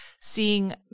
seeing